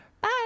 Bye